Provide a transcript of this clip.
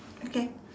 okay